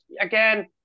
again